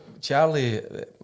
Charlie